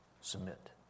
submit